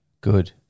Good